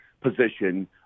position